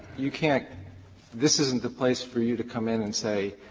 you can't this isn't the place for you to come in and say